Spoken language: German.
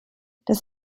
das